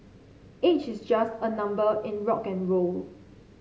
age is just a number in rock N roll